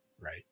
right